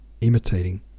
imitating